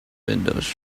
windows